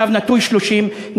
תמ"מ 30/1,